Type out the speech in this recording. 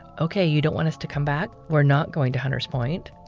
okay, you don't want us to come back? we're not going to hunter's point.